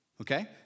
Okay